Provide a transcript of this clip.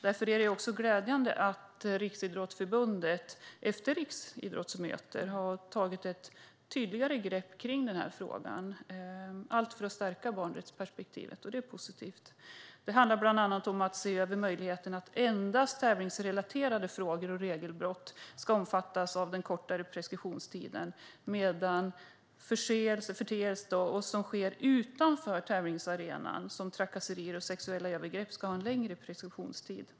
Därför är det också glädjande att Riksidrottsförbundet efter Riksidrottsmötet har tagit ett tydligare grepp i frågan - allt för att stärka barnrättsperspektivet. Det är positivt. Det handlar bland annat om att se över möjligheten att endast tävlingsrelaterade frågor och regelbrott ska omfattas av den kortare preskriptionstiden medan förseelser som sker utanför tävlingsarenan, till exempel trakasserier och sexuella övergrepp, ska ha en längre preskriptionstid.